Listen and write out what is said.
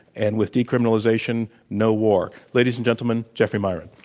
and with decriminalization, no war. ladies and gentlemen, jeffrey miron.